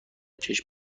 چشم